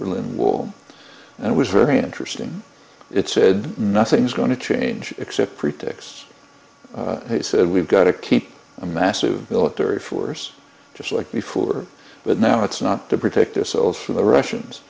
berlin wall and it was very interesting it said nothing's going to change except pretexts he said we've got to keep a massive military force just like before but now it's not to protect ourselves from the russians